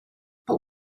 but